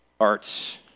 arts